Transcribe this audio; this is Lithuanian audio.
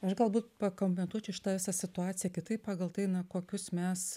aš galbūt pakomentuočiau šitą visą situaciją kitaip pagal tai na kokius mes